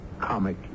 comic